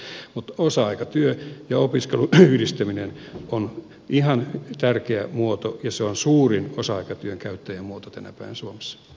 mutta osa aikatyön ja opiskelun yhdistäminen on ihan tärkeä muoto ja se on suurin osa aikatyön käyttäjämuoto tänä päivänä suomessa